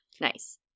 Nice